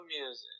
music